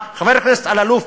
חבר הכנסת אלאלוף,